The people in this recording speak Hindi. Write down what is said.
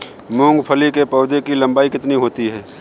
मूंगफली के पौधे की लंबाई कितनी होती है?